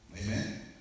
amen